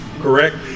correct